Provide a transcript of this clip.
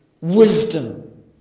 wisdom